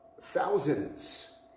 Thousands